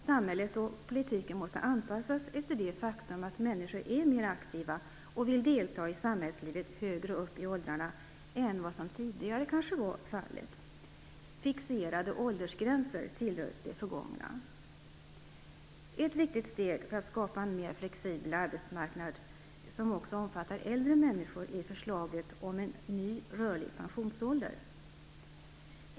Samhället och politiken måste anpassas efter det faktum att människor är mer aktiva och vill delta mer i samhällslivet högre upp i åldrarna än vad som tidigare kanske var fallet. Fixerade åldersgränser tillhör det förgångna. Ett viktigt steg för att skapa en mer flexibel arbetsmarknad som också omfattar äldre människor är förslaget om en ny rörlig pensionsålder.